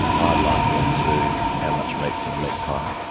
i liken it to how much meat is in a meat pie.